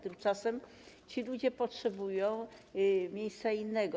Tymczasem ci ludzie potrzebują miejsca innego.